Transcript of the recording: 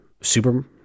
super